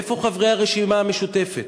איפה חברי הרשימה המשותפת?